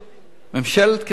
ממשלת קדימה,